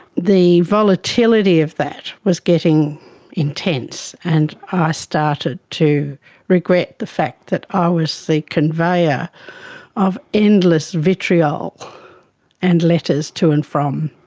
the volatility of that was getting intense, and i ah started to regret the fact that i was the conveyor of endless vitriol and letters to and from